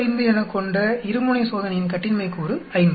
05 எனக் கொண்ட இருமுனை சோதனையின் கட்டின்மை கூறு 5